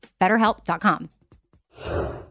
BetterHelp.com